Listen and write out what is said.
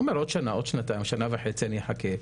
הוא אומר עוד שנה, עוד שנה וחצי אחכה.